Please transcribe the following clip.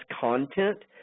content